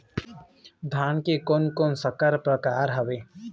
धान के कोन कोन संकर परकार हावे?